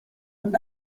und